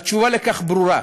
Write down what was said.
התשובה לכך ברורה,